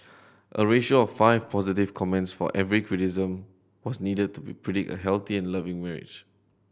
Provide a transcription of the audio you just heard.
a ratio of five positive comments for every criticism was needed to be predict a healthy and loving marriage